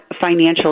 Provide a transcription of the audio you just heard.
financial